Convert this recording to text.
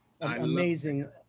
amazing